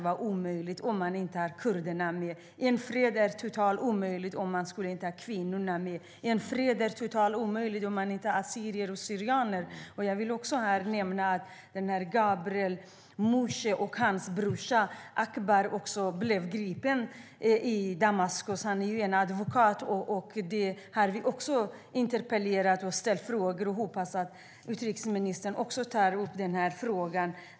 Men jag tror att det är totalt omöjligt att nå fred om man inte har med sig kvinnorna, kurderna och assyrierna/syrianerna. Jag vill nämna att advokaten Abgar Moshe gripits i Damaskus. Han är brorsa till den tidigare gripne Gabriel Moshe, som jag ställt en skriftlig fråga om till utrikesministern. Jag hoppas att utrikesministern tar upp den här frågan.